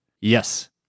Yes